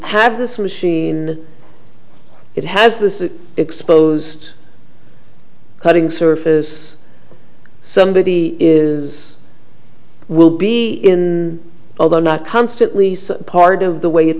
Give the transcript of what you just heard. have this machine it has this is exposed cutting surface somebody is will be in although not constantly so part of the way it